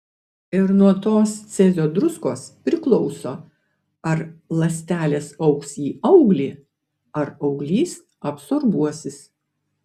ir nuo tos cezio druskos priklauso ar ląstelės augs į auglį ar auglys absorbuosis